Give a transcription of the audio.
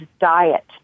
diet